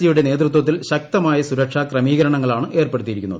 ജിയുടെ നേതൃത്വത്തിൽ ശക്തമായ സുരക്ഷാ ക്രമീകരണങ്ങളാണ് ഏർപ്പെടുത്തിയിരിക്കുന്നത്